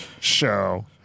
show